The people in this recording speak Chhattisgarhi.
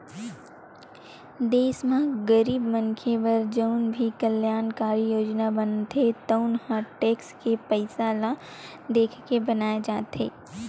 देस म गरीब मनखे बर जउन भी कल्यानकारी योजना बनथे तउन ह टेक्स के पइसा ल देखके बनाए जाथे